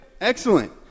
excellent